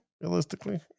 realistically